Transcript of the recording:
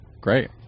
great